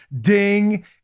Ding